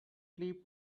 clip